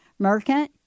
Mercant